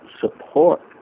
support